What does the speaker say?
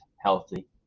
healthy